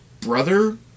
brother